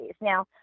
Now